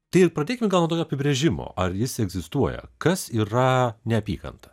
tai ir pradėkim gal nuo apibrėžimo ar jis ir egzistuoja kas yra neapykanta